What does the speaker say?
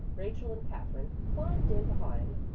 rachel and katherine climbed in behind,